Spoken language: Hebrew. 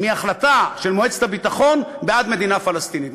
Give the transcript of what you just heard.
מהחלטה של מועצת הביטחון בעד מדינה פלסטינית.